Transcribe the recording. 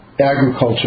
agriculture